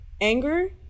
anger